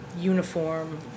uniform